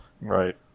Right